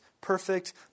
perfect